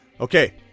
Okay